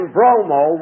Bromo